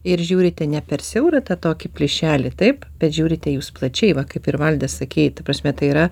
ir žiūrite ne per siaurą tą tokį plyšelį taip bet žiūrite jūs plačiai va kaip ir valdas sakei ta prasme tai yra